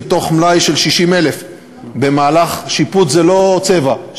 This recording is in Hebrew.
מתוך מלאי של 60,000. שיפוץ זה לא צבע,